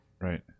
Right